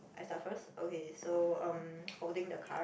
I start first okay so um holding the card